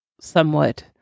somewhat